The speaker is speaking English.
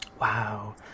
Wow